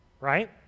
right